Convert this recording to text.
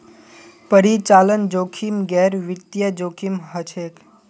परिचालन जोखिम गैर वित्तीय जोखिम हछेक